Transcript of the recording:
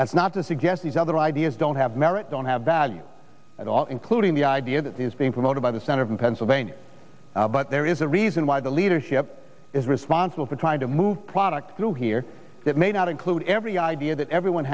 as not to suggest these other ideas don't have merit don't have value at all including the idea that is being promoted by the center in pennsylvania but there is a reason why the leadership is responsible for trying to move product through here that may not include every idea that everyone